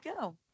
go